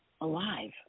alive